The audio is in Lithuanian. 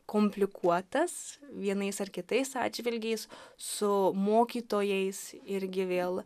komplikuotas vienais ar kitais atžvilgiais su mokytojais irgi vėl